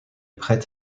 prête